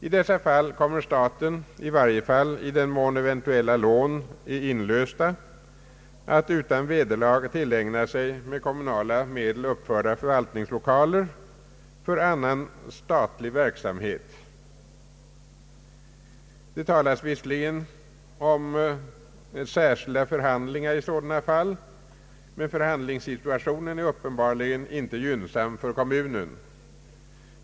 I dessa fall kommer staten, i varje fall i den mån eventuella lån är inlösta, att utan vederlag tillägna sig med kommunala medel uppförda förvaltningslokaler för annan statlig verksamhet. Det talas visserligen om särskilda förhandlingar i sådana fall, men förhandlingssituationen är uppenbarligen inte gynnsam för kommunerna.